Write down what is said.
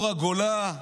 מאור הגולה,